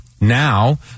Now